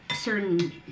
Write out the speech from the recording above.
certain